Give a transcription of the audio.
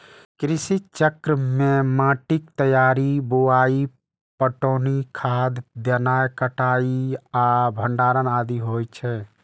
कृषि चक्र मे माटिक तैयारी, बुआई, पटौनी, खाद देनाय, कटाइ आ भंडारण आदि होइ छै